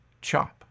chop